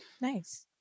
Nice